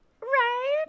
right